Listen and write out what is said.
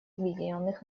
объединенных